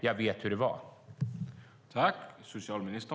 Jag vet hur det var.